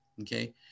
okay